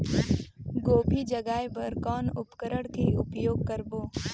गोभी जगाय बर कौन उपकरण के उपयोग करबो?